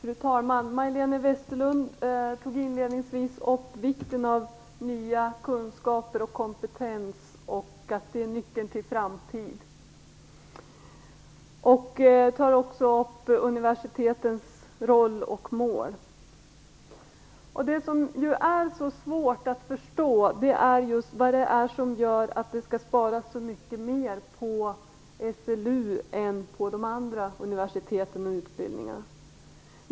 Fru talman! Majléne Westerlund Panke nämnde inledningsvis vikten av nya kunskaper och kompetens och sade att det är nyckeln till framtiden. Även universitetens roll och mål togs upp. Det som är så svårt att förstå är just vad det är som gör att så mycket mera skall sparas på SLU än på de andra universiteten och utbildningarna.